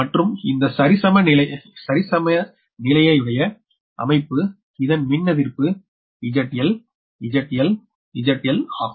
மற்றும் இந்த சரிசமநிலையுடைய அமைப்பு இதன் மின்னெதிர்ப்பு ZL ZL ZL ஆகும்